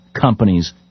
companies